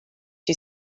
two